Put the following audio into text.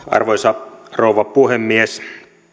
arvoisa rouva puhemies